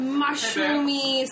mushroomy